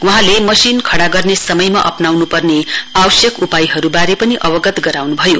वहाँले मशिन खड़ा गर्ने समयमा अप्राउनु पर्ने आवश्यक उपायहरुवारे पनि अवगत गराउन् भयो